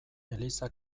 eliza